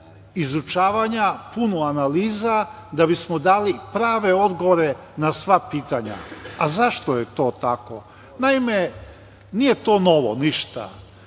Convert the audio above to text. izučavanja, puno analiza da bismo dali prave odgovore na sva pitanja. Zašto je to tako? Naime, to nije ništa